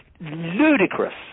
ludicrous